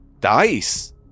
Dice